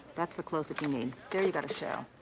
that's the closeup you need. there you got a show.